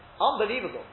Unbelievable